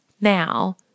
now